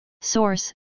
Source